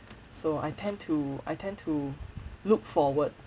so I tend to I tend to look forward